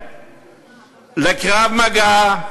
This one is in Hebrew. בקרב מגע,